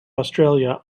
australia